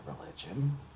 religion